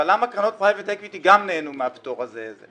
אבל למה קרנות פרייבט אקוויטי גם נהנו מהפטור הזה.